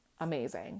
amazing